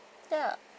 ya